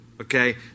Okay